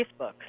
facebook